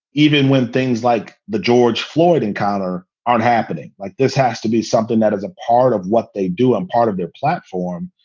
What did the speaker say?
even when things like the george floyd encounter aren't happening like this has to be something that is a part of what they do and part of their platform.